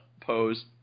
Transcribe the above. pose